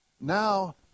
now